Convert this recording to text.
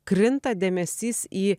krinta dėmesys į